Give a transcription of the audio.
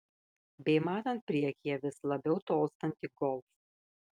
bei matant priekyje vis labiau tolstantį golf